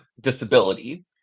disability